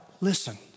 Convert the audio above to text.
listen